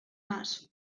más